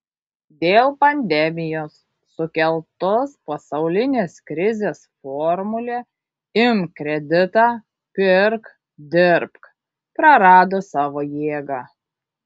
dėl pandemijos sukeltos pasaulinės krizės formulė imk kreditą pirk dirbk prarado savo jėgą